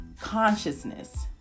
consciousness